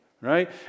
right